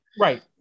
right